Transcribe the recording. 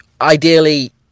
ideally